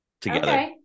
together